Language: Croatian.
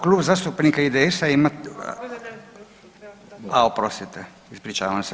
Klub zastupnika IDS-a … [[Upadica se ne razumije.]] a oprostite, ispričavam se.